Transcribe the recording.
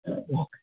okay